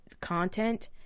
content